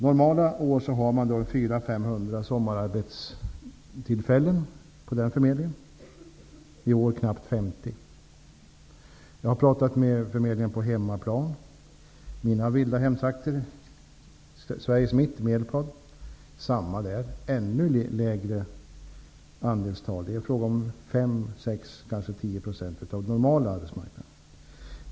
Normala år har man 400--500 sommararbetstillfällen på den förmedlingen. I år är det knappt 50. Jag har pratat med förmedlingen på hemmaplan, i mina vilda hemtrakter i Sveriges mitt, Medelpad. Samma där. Ännu lägre tal. Det är fråga om 5--6 % kanske 10 % av normal arbetsmarknad.